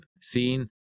seen